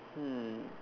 hmm